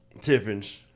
Tippins